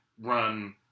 run